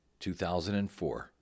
2004